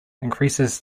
increases